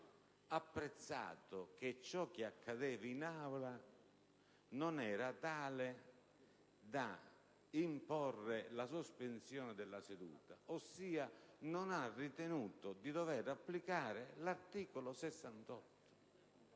poteri, apprezzato che ciò che accadeva in Aula non era tale da imporre la sospensione della seduta, ossia non ha ritenuto di dovere applicare l'articolo 68